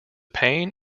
pain